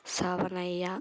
Savanayya